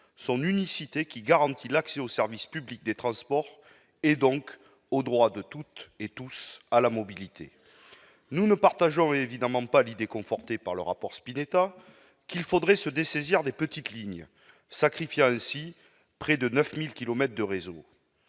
son unicité, qui garantit l'accès au service public des transports, donc au droit de toutes et tous à la mobilité. Nous ne partageons évidemment pas l'idée confortée par le rapport Spinetta qu'il faudrait se dessaisir des petites lignes, sacrifiant ainsi près de 9 000 kilomètres de réseau.